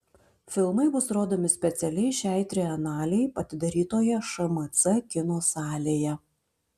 filmai bus rodomi specialiai šiai trienalei atidarytoje šmc kino salėje